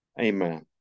amen